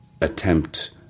attempt